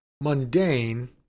mundane